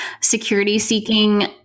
security-seeking